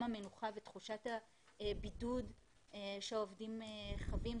המנוחה ותחושת הבידוד שעובדים חווים.